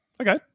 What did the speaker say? Okay